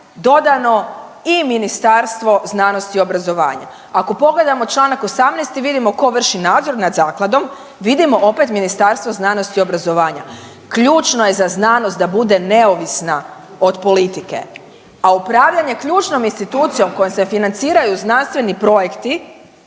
dodatno i Ministarstvo znanosti i obrazovanja, ako pogledamo čl. 18.vidimo tko vrši nadzor nad zakladom vidimo opet Ministarstvo znanosti i obrazovanja. Ključno je za znanost da bude neovisna od politike, a upravljanje ključnom institucijom kojom se financiraju znanstveni projekti